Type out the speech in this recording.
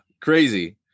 crazy